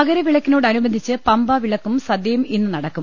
മകരവിളക്കിനോടനുബന്ധിച്ച് പമ്പവിളക്കും സദ്യയും ഇന്ന് നടക്കും